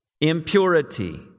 impurity